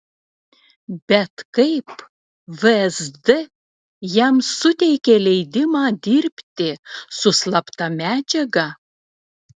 bet kaip vsd jam suteikė leidimą dirbti su slapta medžiaga